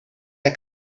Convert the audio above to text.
der